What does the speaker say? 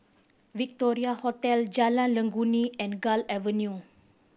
Victoria Hotel Jalan Legundi and Gul Avenue